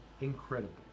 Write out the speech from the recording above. incredible